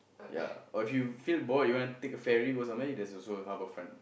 ya or if you feel bored you wanna take a ferry go somewhere there's also HabourFront